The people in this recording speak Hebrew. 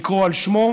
לקרוא על שמו,